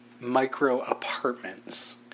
micro-apartments